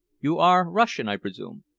you are russian, i presume?